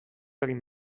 egin